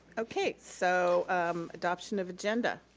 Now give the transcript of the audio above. okay, so adoption of agenda.